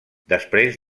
després